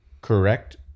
correct